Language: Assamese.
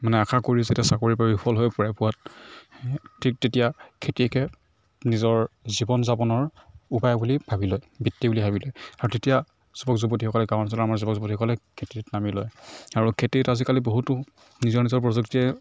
মানে আশা কৰিও যেতিয়া চাকৰি পায়ো বিফল হৈ পৰে পোৱাত ঠিক তেতিয়া খেতিকে নিজৰ জীৱন যাপনৰ উপায় বুলি ভাবি লয় বৃত্তি বুলি ভাবি লয় আৰু তেতিয়া যুৱক যুৱতীসকলে গ্ৰামাঞ্চলৰ আমাৰ যুৱক যুৱতীসকলে খেতিত নামি লয় আৰু খেতিত আজিকালি বহুতো নিজৰ নিজৰ প্ৰযুক্তিৰে